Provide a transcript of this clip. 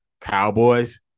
Cowboys